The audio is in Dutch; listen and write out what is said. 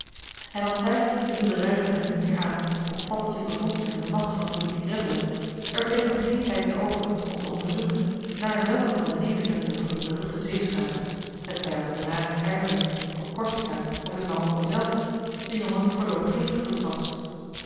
en al twijfelde michiel de ruijter er niet meer aan of paddeltje bevond zich in de macht van il tigretto er bleef hem geen tijd meer over om te onderzoeken naar welke van de nederzettingen van dien beruchten zeeschuimer hetzij op de kanarische eilanden op corsica of in marokko zelf de jongen voorloopig heengevoerd was